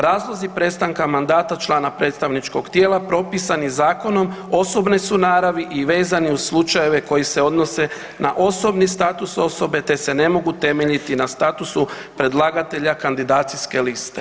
Razlozi prestanka mandata člana predstavničkog tijela propisan je zakonom, osobne su naravi i vezani uz slučajeve koji se odnose na osobni status osobe te se ne mogu temeljiti na statusu predlagatelja kandidacijske liste.